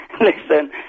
Listen